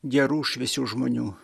gerų šviesių žmonių